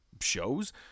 shows